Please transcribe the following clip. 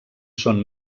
són